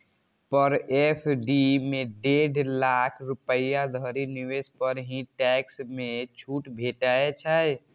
पर FD मे डेढ़ लाख रुपैया धरि निवेश पर ही टैक्स मे छूट भेटै छै